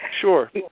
Sure